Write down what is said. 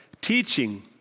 teaching